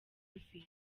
ivy